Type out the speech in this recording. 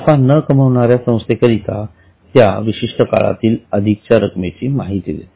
नफा न कमाविणाऱ्या संस्थेचे करिता त्या विशिष्ट काळातील अधिकच्या रक्कमेची माहिती देते